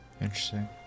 Interesting